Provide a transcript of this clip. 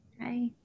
Hi